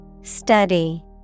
Study